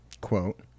quote